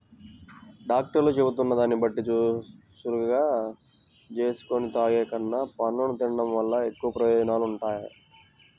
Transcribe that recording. డాక్టర్లు చెబుతున్న దాన్ని బట్టి జూసులుగా జేసుకొని తాగేకన్నా, పండ్లను తిన్డం వల్ల ఎక్కువ ప్రయోజనాలుంటాయంట